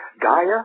Gaia